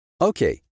Okay